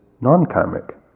non-karmic